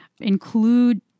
include